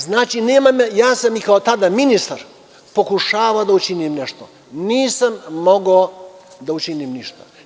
Znači, ja sam i tada kao ministar pokušavao da učinim nešto i nisam mogao da učinim ništa.